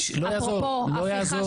אפרופו הפיכה